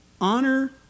honor